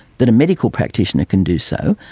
that a medical practitioner can do so,